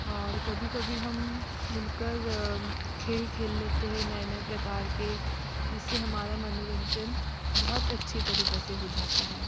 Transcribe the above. और कभी कभी हम मिल कर खेल खेल लेते हैं नए नए प्रकार के जिससे हमारा मनोरंजन बहुत अच्छी तरीके से हो जाता है